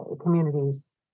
communities